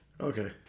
Okay